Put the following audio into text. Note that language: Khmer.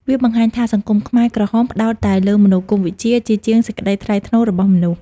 វាបង្ហាញថា សង្គមខ្មែរក្រហមផ្ដោតតែលើមនោគមវិជ្ជា ជាជាងសេចក្ដីថ្លៃថ្នូររបស់មនុស្ស។